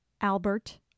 Albert